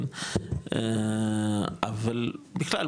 אבל בכלל,